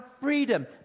freedom